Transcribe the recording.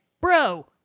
bro